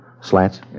Slats